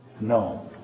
No